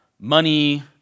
Money